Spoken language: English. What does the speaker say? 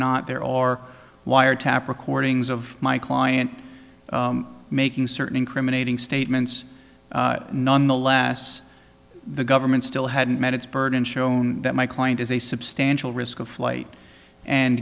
not there or wiretap recordings of my client making certain incriminating statements nonetheless the government still hadn't met its burden shown that my client is a substantial risk of flight and